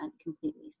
completely